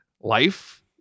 life